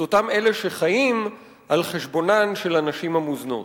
את אותם אלה שחיים על חשבונן של הנשים המוזנות.